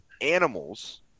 animals